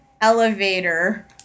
Elevator